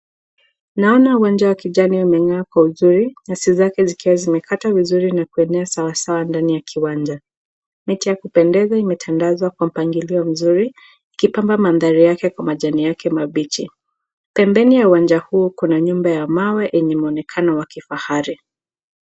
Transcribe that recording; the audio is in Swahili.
Naona uwanja wa kijani umeng'aa kwa uzuri nyasi zake zikiwa zimekatwa vizuri na kuenea sawasawa ndani ya kiwanja. Neti ya kupendeza imetandazwa kwa mpangilio mzuri ikipamba mandhari yake kwa majani yake mabichi, pembeni ya uwanja huo kuna nyumba ya mawe yenye muonekano wa kifahari.